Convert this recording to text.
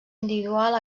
individual